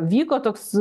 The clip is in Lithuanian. vyko toks